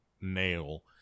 nail